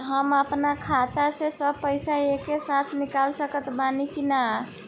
हम आपन खाता से सब पैसा एके साथे निकाल सकत बानी की ना?